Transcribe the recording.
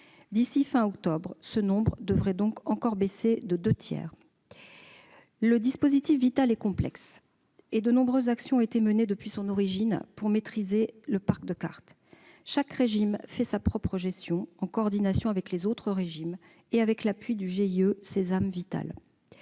D'ici à fin octobre, ce nombre devrait encore baisser des deux tiers. Le dispositif Vitale est complexe, et de nombreuses actions ont été menées, depuis son origine, pour maîtriser le parc de cartes. Chaque régime mène sa propre gestion, en coordination avec les autres régimes et avec l'appui du GIE Sesam-Vitale.